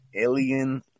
alien